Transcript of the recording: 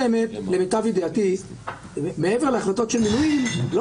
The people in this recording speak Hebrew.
ובכך באמת הוא מעביר אותה לדרג הפוליטי,